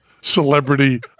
Celebrity